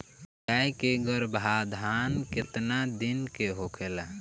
गाय के गरभाधान केतना दिन के होला?